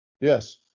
Yes